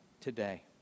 today